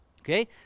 Okay